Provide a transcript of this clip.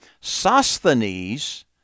Sosthenes